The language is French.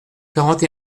quarante